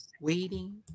Waiting